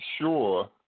sure